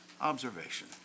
observation